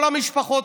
כל המשפחות,